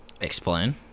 Explain